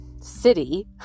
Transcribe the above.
city